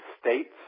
states